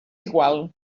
igual